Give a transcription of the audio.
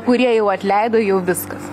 kurie jau atleido jau viskas